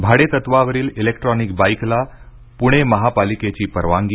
भाडेतत्वावरील electronic बाईकला पुणे महापालिकेची परवानगी